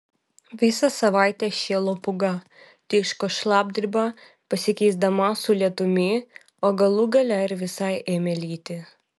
visą savaitę šėlo pūga tiško šlapdriba pasikeisdama su lietumi o galų gale ir visai ėmė lyti